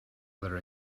other